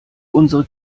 unsere